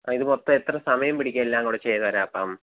അ ഇത് മൊത്തം എത്ര സമയം പിടിക്കും എല്ലാം കൂടെ ചെയ്തുതരാപ്പം